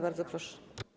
Bardzo proszę.